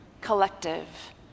collective